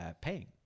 paying